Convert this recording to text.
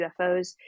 UFOs